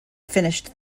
finished